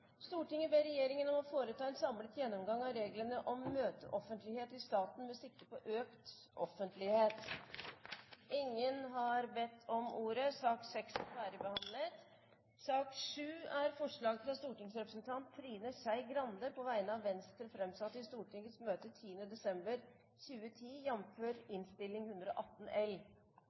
Stortinget. Det voteres over forslag fra Venstre fremsatt i Stortingets møte 10. desember 2010: «Stortinget ber regjeringen om å foreta en samlet gjennomgang av reglene om møteoffentlighet i staten med sikte på økt offentlighet.» Fremskrittspartiet og Kristelig Folkeparti har varslet at de støtter forslaget. Det voteres over forslag fra Venstre fremsatt i Stortingets møte 10. desember 2010: